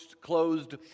closed